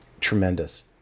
tremendous